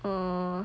uh